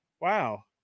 Wow